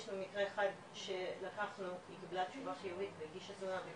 יש לנו מקרה אחד לקחנו היא קיבלה תשובה חיובית והגישה תלונה,